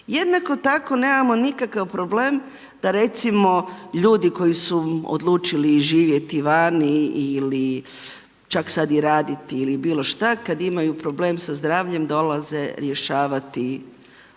Jednako tako nemamo nikakav problem da recimo ljudi koji su odlučili živjeti vani ili čak sad i raditi ili bilo šta, kad imaju problem sa zdravljem dolaze rješavati